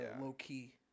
Low-key